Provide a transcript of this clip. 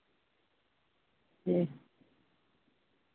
جی